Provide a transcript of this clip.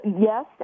Yes